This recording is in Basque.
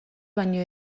baino